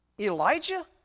Elijah